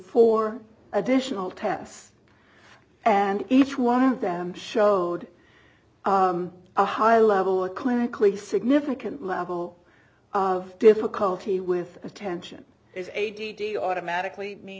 for additional tests and each one of them showed a high level or clinically significant level of difficulty with attention is a d t automatically mean